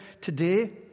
today